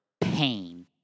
pain